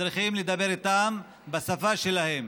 צריכים לדבר איתם בשפה שלהם,